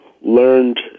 learned